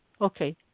Okay